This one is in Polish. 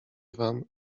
wam